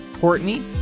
Courtney